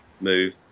move